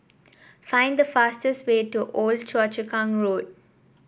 find the fastest way to Old Choa Chu Kang Road